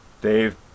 Dave